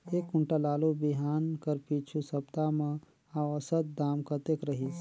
एक कुंटल आलू बिहान कर पिछू सप्ता म औसत दाम कतेक रहिस?